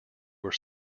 were